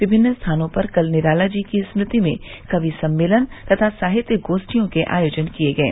विभिन्न स्थानों पर कल निराला जी की स्मृति में कवि सम्मेलन तथा साहित्य गोष्ठियों के आयोजन किए गये